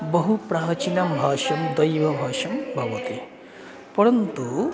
बहु प्राचीना भाषा देवभाषा भवति परन्तु